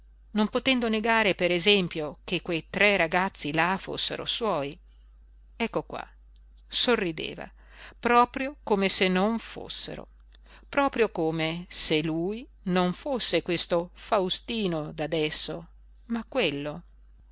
non potendo negare per esempio che quei tre ragazzi là fossero suoi ecco qua sorrideva proprio come se non fossero proprio come se lui non fosse questo faustino d'adesso ma quello